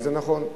וזה נכון,